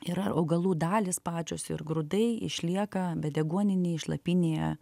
yra augalų dalys pačios ir grūdai išlieka bedeguoninėj šlapynėje